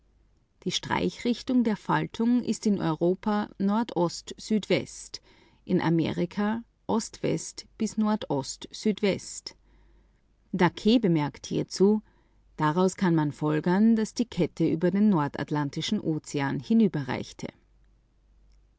die streichrichtung ist in europa nordost südwest in amerika wechselnd von derselben richtung bis ost west dacqu bemerkt hierzu daraus kann man folgern daß die kette über den nordatlantischen ozean